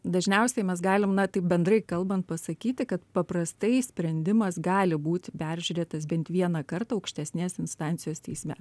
dažniausiai mes galim na taip bendrai kalbant pasakyti kad paprastai sprendimas gali būti peržiūrėtas bent vieną kartą aukštesnės instancijos teisme